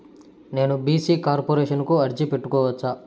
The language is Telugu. నేను బీ.సీ కార్పొరేషన్ కు అర్జీ పెట్టుకోవచ్చా?